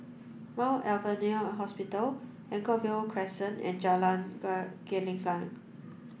Mount Alvernia Hospital Anchorvale Crescent and Jalan Gelenggang